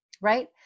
right